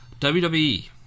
WWE